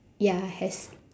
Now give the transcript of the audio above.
ya have